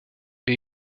est